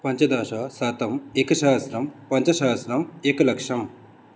पञ्चदश शतम् एकसहस्त्रं पञ्चसहस्त्रम् एकलक्षम्